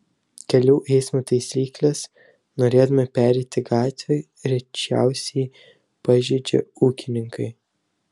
kelių eismo taisykles norėdami pereiti gatvę rečiausiai pažeidžia ūkininkai